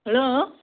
hello